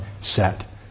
set